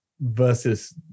versus